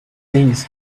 things